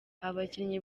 abakinnyi